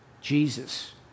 Jesus